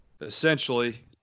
essentially